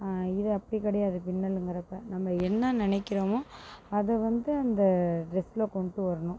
இது அப்படி கிடையாது பின்னலுங்கிறப்ப நம்ம என்ன நினைக்கிறமோ அதை வந்து அந்த ட்ரெஸில் கொண்டு வரணும்